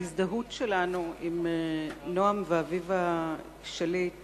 ההזדהות שלנו עם נועם ואביבה שליט